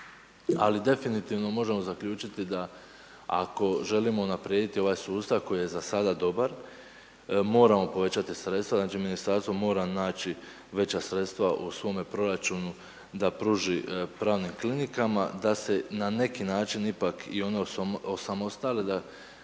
Ali definitivno možemo zaključiti ako želimo unaprijediti ovaj sustav koji je za sada dobar moramo povećati sredstva, znači ministarstvo mora naći veća sredstva u svome proračunu da pruži pravnim klinikama da se na neki način ipak i ono osamostali da